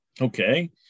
okay